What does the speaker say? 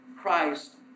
Christ